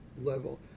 level